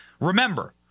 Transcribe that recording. Remember